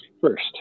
first